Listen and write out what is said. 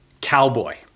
cowboy